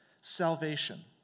Salvation